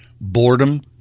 boredom